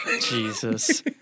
Jesus